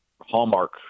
hallmark